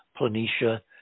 planitia